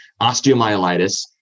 osteomyelitis